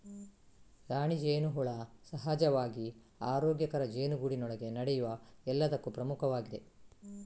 ರಾಣಿ ಜೇನುಹುಳ ಸಹಜವಾಗಿ ಆರೋಗ್ಯಕರ ಜೇನುಗೂಡಿನೊಳಗೆ ನಡೆಯುವ ಎಲ್ಲದಕ್ಕೂ ಪ್ರಮುಖವಾಗಿದೆ